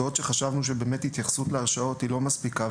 חשבנו שהתייחסות להרשעות איננה מספיקה,